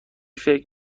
فکر